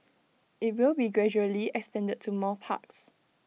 IT will be gradually extended to more parks